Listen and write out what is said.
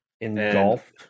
engulfed